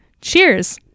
Cheers